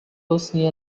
bosnia